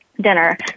dinner